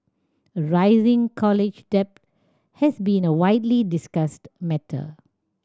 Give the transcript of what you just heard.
rising college debt has been a widely discussed matter